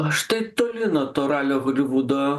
aš tai toli nuo to ralio holivudo